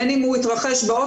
בין אם הוא התרחש באוטובוס,